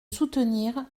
soutenir